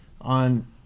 on